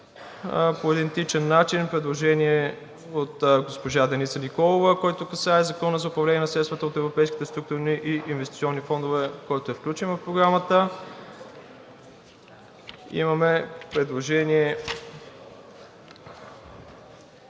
По идентичен начин има предложение от госпожа Деница Николова, което касае Закона за управление на средствата от европейските структурни и инвестиционни фондове, който е включен в Програмата. Имаме предложение